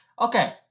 Okay